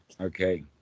Okay